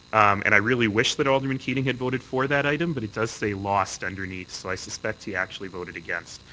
and i really wish that alderman keating had voted for that item but it does say lost. underneath so i suspect he poullactually voted against.